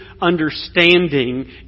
understanding